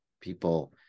people